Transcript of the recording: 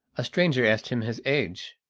a stranger asked him his age,